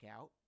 out